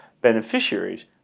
beneficiaries